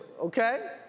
okay